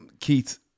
Keith